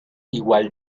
igual